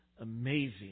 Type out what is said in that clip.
amazing